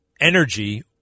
energy